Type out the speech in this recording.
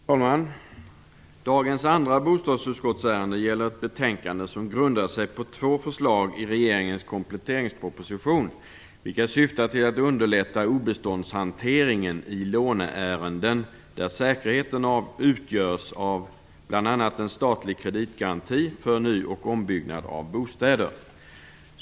Herr talman! Dagens andra bostadsutskottsärende gäller ett betänkande som grunder sig på två förslag i regeringens kompletteringsproposition, vilka syftar till att underlätta obeståndshanteringen i låneärenden där säkerheten utgörs av bl.a. en statlig kreditgaranti för ny och ombyggnad av bostäder.